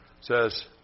says